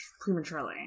prematurely